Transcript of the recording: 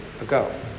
ago